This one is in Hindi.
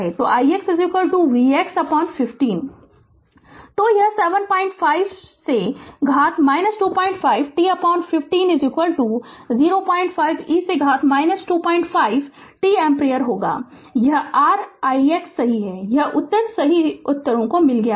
तो ix vx15 तो यह 75 e से घात 25 t15 05 e से घात 25 t एम्पीयर होगा यह r ix सही है यह उत्तर सभी उत्तरों को मिल गया है